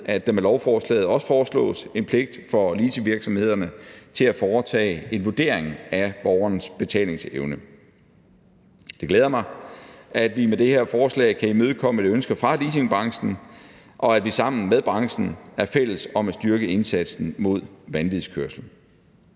at der med lovforslaget også foreslås en pligt for leasingvirksomhederne til at foretage en vurdering af borgerens betalingsevne. Det glæder mig, at vi med det her forslag kan imødekomme et ønske fra leasingbranchen, og at vi sammen med branchen er fælles om at styrke indsatsen mod vanvidskørsel.